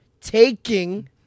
taking